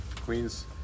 Queens